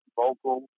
vocal